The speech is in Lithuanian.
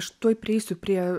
aš tuoj prieisiu prie